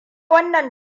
wannan